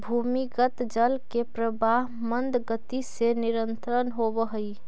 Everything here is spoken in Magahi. भूमिगत जल के प्रवाह मन्द गति से निरन्तर होवऽ हई